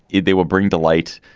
yeah they will bring delight.